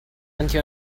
tanti